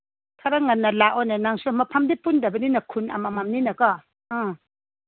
ꯈꯔ ꯉꯟꯅ ꯂꯥꯛꯑꯣꯅꯦ ꯅꯪꯁꯨ ꯃꯐꯝꯗꯤ ꯄꯨꯟꯗꯕꯅꯤꯅ ꯈꯨꯟ ꯑꯃꯃꯝꯅꯤꯅꯀꯣ ꯑꯥ